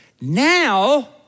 Now